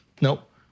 Nope